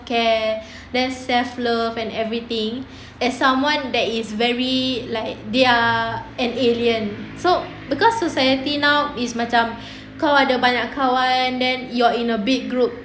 care then self love and everything and someone that is very like they are an alien so because society now is macam kau ada banyak kawan then you are in a big group